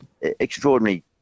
extraordinary